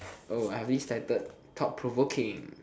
oh ah this titled thought-provoking